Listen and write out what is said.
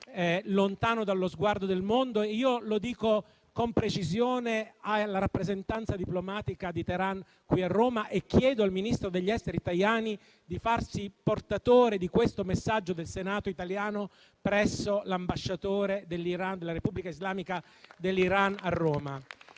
lontano dallo sguardo del mondo. Lo dico con precisione alla rappresentanza diplomatica di Teheran qui a Roma e chiedo al ministro degli affari esteri Tajani di farsi portatore di questo messaggio del Senato italiano presso l'ambasciatore della Repubblica islamica dell'Iran a Roma.